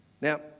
Now